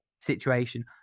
situation